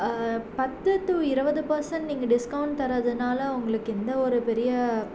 பத்து டு இருபது பர்சென்ட் நீங்கள் டிஸ்கவுண்ட் தர்றதுனால் உங்களுக்கு எந்த ஒரு பெரிய